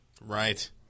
Right